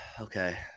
Okay